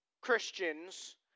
Christians